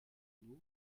nous